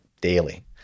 daily